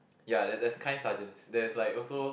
ya there's there's kind sergeants there's like also